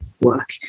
work